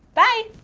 bye!